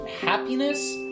happiness